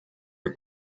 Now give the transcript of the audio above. are